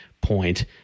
point